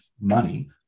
money